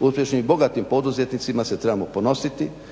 Uspješnim i bogatim poduzetnicima se trebamo ponositi,